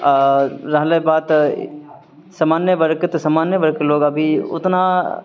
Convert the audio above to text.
आ रहलै बात सामान्य वर्गके तऽ सामान्य वर्गके लोग अभी उतना